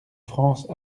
france